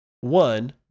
One